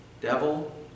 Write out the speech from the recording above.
devil